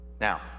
Now